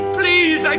please